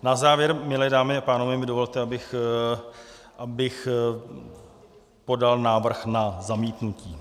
Na závěr, milé dámy a pánové, mi dovolte, abych podal návrh na zamítnutí.